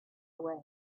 away